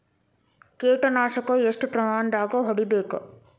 ಕೇಟ ನಾಶಕ ಎಷ್ಟ ಪ್ರಮಾಣದಾಗ್ ಹೊಡಿಬೇಕ?